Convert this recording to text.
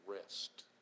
rest